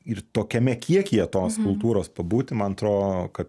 ir tokiame kiekyje tos kultūros pabūti man atrodo kad